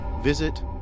visit